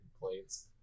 complaints